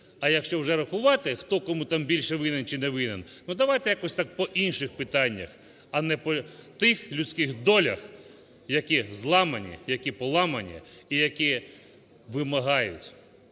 А якщо вже рахувати, хто кому там більше винен чи не винен, давайте якось так по інших питаннях, а не по тих людських долях, які зламані, які поламані і які вимагають,